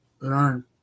learn